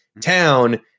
town